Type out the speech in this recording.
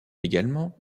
également